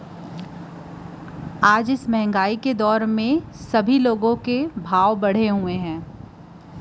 आज कल तो मंहगाई के जमाना हवय अइसे म आज के बेरा म सब्बो जिनिस मन के भाव बड़हे हवय